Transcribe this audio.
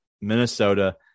Minnesota